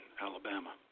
Alabama